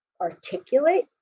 articulate